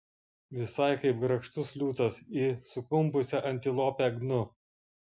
visai kaip grakštus liūtas į sukumpusią antilopę gnu